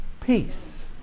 Peace